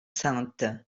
sainte